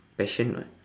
passion [what]